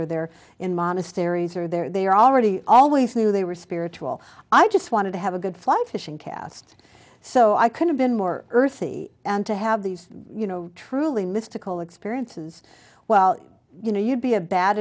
or they're in monasteries or they're already always knew they were spiritual i just wanted to have a good flyfishing cast so i could have been more earthy and to have these you know truly mystical experiences well you know you'd be a bad